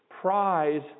prize